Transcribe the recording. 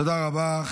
תודה רבה.